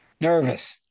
Nervous